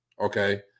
Okay